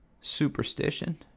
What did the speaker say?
Superstition